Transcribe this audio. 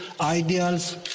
ideals